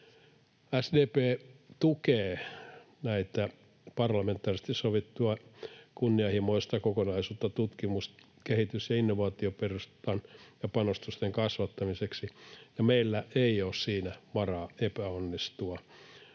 SDP tukee parlamentaarisesti sovittua kunnianhimoista kokonaisuutta tutkimus-, kehitys- ja innovaatioperustan ja -panostusten kasvattamiseksi. Meillä ei ole siinä varaa epäonnistua.